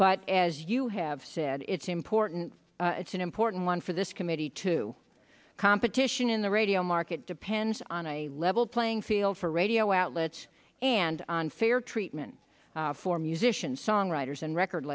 but as you have said it's important it's an important one for this committee to competition in the radio market depends on a level playing field for radio outlets and on fair trial mn for musicians songwriters and record